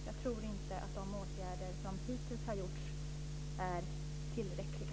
Jag tror inte att de åtgärder som hittills har gjorts är tillräckliga.